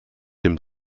dem